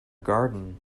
garden